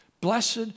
Blessed